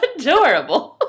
adorable